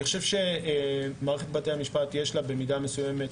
אני חושב שלמערכת בתי המשפט יש במידה מסוימת